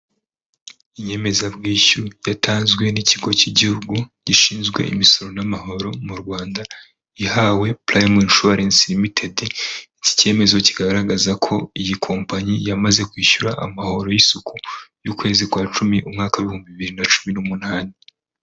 Inyemezabwishyu yatanzwe n'ikigo cy'igihugu gishinzwe imisoro n'amahoro mu Rwanda ihawe purayimu inshuwarensi ltd, iki cyemezo kigaragaza ko iyi kompanyi yamaze kwishyura amahoro y'isuku y'ukwezi kwa cumi umwaka ibihumbi bibiri na cumi n'umunani.